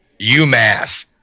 UMass